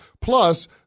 Plus